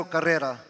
Carrera